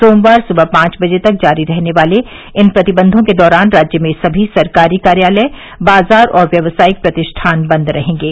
सोमवार सुबह पांच बजे तक जारी रहने वाले इन प्रतिबंधों के दौरान राज्य में सभी सरकारी कार्यालय बाजार और व्यावसायिक प्रतिष्ठान बन्द रहेंगे